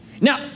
Now